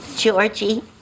Georgie